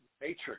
matrix